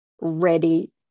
ready